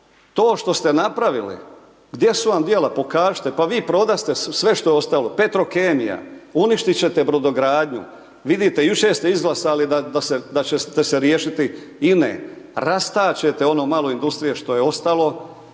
To što ste napravili, gdje su vam djela, pokažite, pa vi prodaste sve što je ostalo, Petrokemija, uništit ćete brodogradnju, vidite, jučer ste izglasali da ćete se riješiti INA-e, rastačete ono malo industrije što je ostalo,